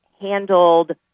handled